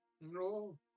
no